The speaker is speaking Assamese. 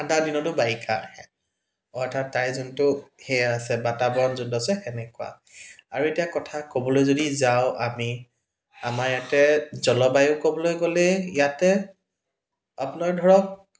ঠাণ্ডা দিনতো বাৰিষা আহে অৰ্থাৎ তাৰে যোনটো সেয়া আছে বাতাৱৰণ যোনটো আছে সেনেকুৱা আৰু এতিয়া কথা ক'বলৈ যদি যাওঁ আমি আমাৰ ইয়াতে জলবায়ু ক'বলৈ গ'লে ইয়াতে আপোনাৰ ধৰক